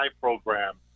program